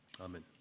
Amen